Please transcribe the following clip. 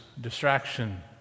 distraction